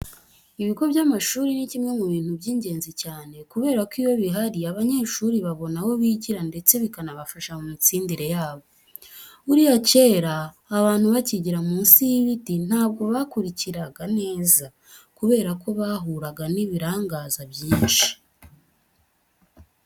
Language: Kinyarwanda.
Ibigo by'amashuri ni kimwe mu bintu by'ingenzi cyane kubera ko iyo bihari abanyeshuri babona aho bigira ndetse bikanabafasha mu mitsindire yabo. Buriya kera abantu bacyigira munsi y'ibiti ntabwo bakurikiraga neza kubera ko bahuraga n'ibirangaza byinshi.